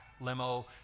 limo